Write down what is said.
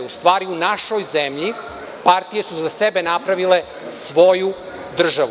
U stvari u našoj zemlji partije su za sebe napravile svoju državu.